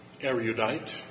erudite